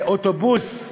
אוטובוס,